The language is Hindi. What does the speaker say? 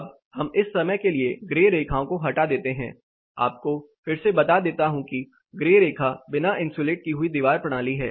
अब हम इस समय के लिए ग्रे रेखाओं को हटा देते हैं आपको फिर से बता देता हूं कि ग्रे रेखा बिना इंसुलेट की हुई दीवार प्रणाली है